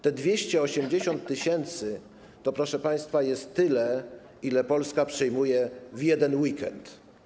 Te 280 tys. to, proszę państwa, jest tyle, ile Polska przyjmuje w jeden weekend.